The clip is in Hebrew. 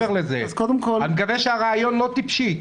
מקווה שהרעיון לא טיפשי.